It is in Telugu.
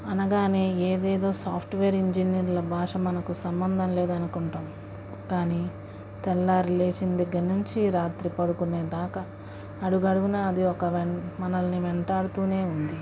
అనగానే ఏదేదో సాఫ్ట్వేర్ ఇంజనీర్ల భాష మనకు సంబంధం లేదు అనుకుంటాం కానీ తెల్లారి లేచిన దగ్గర నుంచి రాత్రి పడుకునేదాకా అడుగడుగునా అది ఒక వెం మనల్ని వెంటాడుతు ఉంది